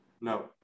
No